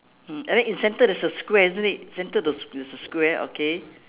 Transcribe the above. mm and then in center there's a square isn't center there's a square okay